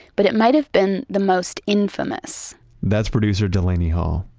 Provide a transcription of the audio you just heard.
but it might've been the most infamous that's producer delaney hall.